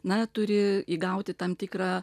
na turi įgauti tam tikrą